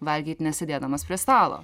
valgyt nesėdėdamas prie stalo